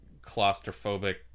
claustrophobic